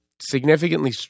significantly